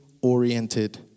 oriented